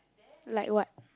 like what